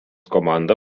komanda